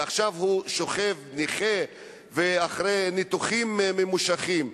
ועתה הוא שוכב נכה אחרי ניתוחים ממושכים.